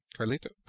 Carlito